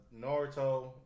Naruto